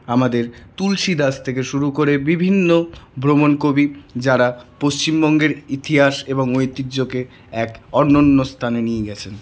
আমাদের তুলসী গাছ থেকে শুরু করে বিভিন্ন ভ্রমণ কবি যারা পশ্চিমবঙ্গের ইতিহাস এবং ঐতিহ্যকে এক অনন্য স্থানে নিয়ে গেছেন